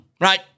right